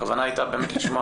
הכוונה היתה לשמוע